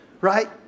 Right